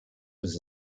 was